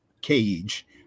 cage